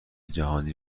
جهانی